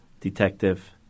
detective